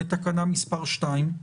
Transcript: לתקנה 2,